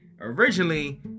originally